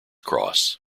cross